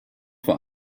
vor